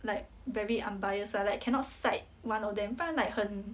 like very unbiased lah like cannot side one of them 不然 like 很